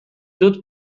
dut